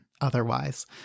otherwise